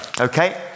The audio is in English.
Okay